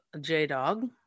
J-Dog